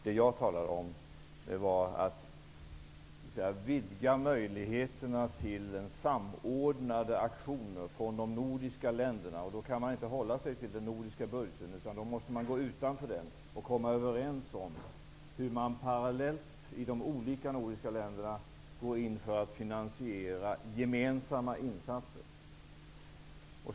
Vad jag talade om gällde att vidga möjligheterna till samordnade aktioner från de nordiska länderna, och då måste man gå fram utanför den nordiska budgeten och komma överens om hur man parallellt i de olika nordiska länderna skall finansiera gemensamma insatser.